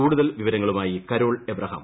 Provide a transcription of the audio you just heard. കൂടുതൽ വിവരങ്ങളുമായി Carol Abraham